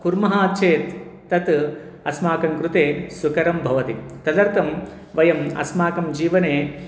कुर्मः चेत् तत् अस्माकं कृते सुकरं भवति तदर्थं वयम् अस्माकं जीवने